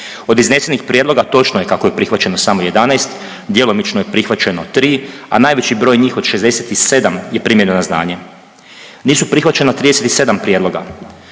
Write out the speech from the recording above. Od iznesenih prijedloga točno je kako je prihvaćeno samo 11, djelomično je prihvaćeno 3, a najveći broj njih od 67 je primljeno na znanje. Nisu prihvaćena 37 prijedloga.